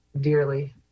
dearly